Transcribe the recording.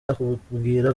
akakubwira